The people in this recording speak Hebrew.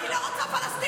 אני לא רוצה פלסטינים